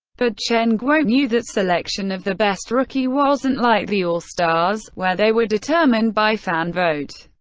but chen guo knew that selection of the best rookie wasn't like the all-stars, where they were determined by fan vote.